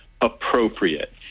appropriate